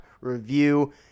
review